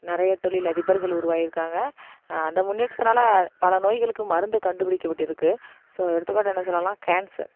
நிறைய தொழில் அதிபர்கள் உருவாகியிருக்காங்க அந்த முன்னேற்றத்தினால பல நோய்களுக்கு மருந்து கண்டுபிடிக்கப்பட்டிருக்குது ஸோ எடுத்துக்காட்டு என்ன சொல்லலாம் கேன்சர்